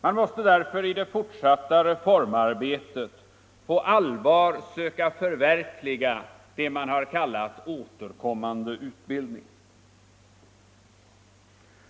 Man måste därför i det fortsatta reformarbetet på allvar söka förverkliga det man har kallat återkommande utbildning.